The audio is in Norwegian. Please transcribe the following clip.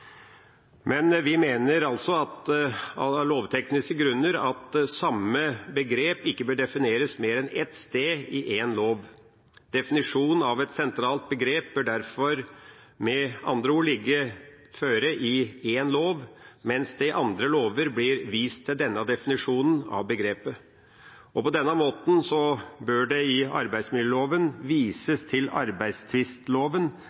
Men vi mener altså av lovtekniske grunner at samme begrep ikke bør defineres mer enn ett sted, i én lov. Definisjonen av et sentralt begrep bør derfor med andre ord foreligge i én lov, mens det i andre lover blir vist til denne definisjonen av begrepet. På denne måten bør det i arbeidsmiljøloven